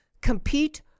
compete